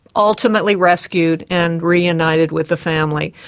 ultimately rescued and reunited with the family?